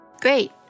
Great